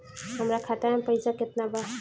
हमरा खाता में पइसा केतना बा?